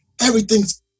everything's